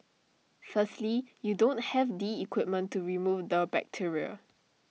firstly you don't have the equipment to remove the bacteria